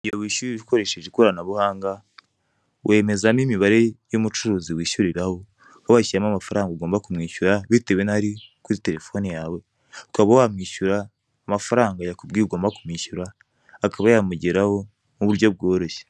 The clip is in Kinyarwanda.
Igihe wishyuye ukoresheje ikoranabuhanga, wemezamo imibare y'umucuruzi wishyuriraho, aho washyiramo amafaranga ugomba kumwishyura bitewe n'ari kuri terefone yawe, ukaba wamwishyura amafaranga yakubwiye ugomba kumwishyura, akaba yamugeraho mu buryo bworoshye.